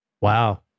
Wow